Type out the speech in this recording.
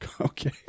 okay